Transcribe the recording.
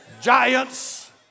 Giants